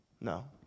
No